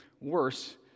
worse